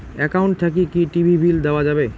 Account থাকি কি TV bill দেওয়া যাবে?